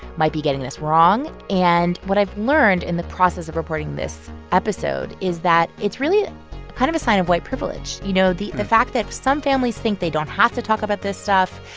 might be getting this wrong. and what i've learned in the process of reporting this episode is that it's really ah kind of a sign of white privilege. you know, the the fact that some families think they don't have to talk about this stuff,